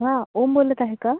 हां ओम बोलत आहे का